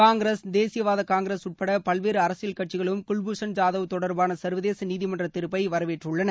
காங்கிரஸ் தேசியவாத காங்கிரஸ் உட்பட பல்வேறு அரசியல் கட்சிகளும் குல்பூஷன் ஜாதவ் தொடர்பான சர்வதேச நீதிமன்ற தீர்ப்பை வரவேற்றுள்ளன